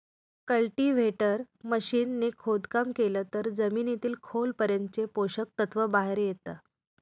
cultivator machine ने खोदकाम केलं तर जमिनीतील खोल पर्यंतचे पोषक तत्व बाहेर येता